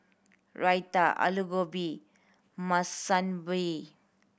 Raita Alu Gobi Monsunabe